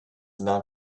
not